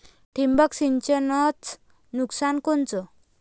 ठिबक सिंचनचं नुकसान कोनचं?